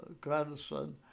grandson